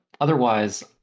otherwise